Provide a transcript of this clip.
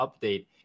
update